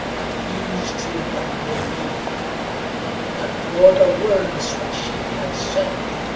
appeased he wad nae be but for the words which she had said,